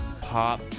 pop